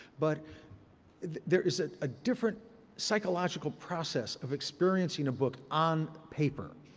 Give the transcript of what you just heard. but there's ah a different psychological process of experiencing a book on paper.